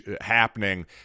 happening